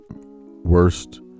Worst